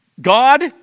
God